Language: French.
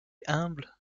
humbles